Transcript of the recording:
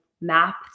map